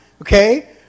okay